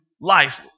life